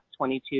22